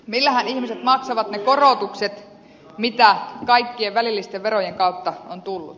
millähän ihmiset maksavat ne korotukset joita kaikkien välillisten verojen kautta on tullut